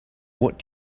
what